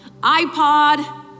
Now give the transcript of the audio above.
iPod